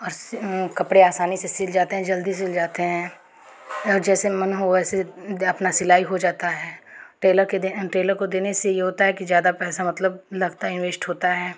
और सी कपड़े आसानी से सिल जाते हैं जल्दी सिल जाते हैं और जैसे मन हो वैसे अपना सिलाई हो जाता है टेलर के दे टेलर को देने से ये होता है कि ज्यादा पैसा मतलब लगता है वेस्ट होता है